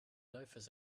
loafers